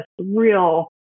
real